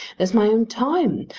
there's my own time.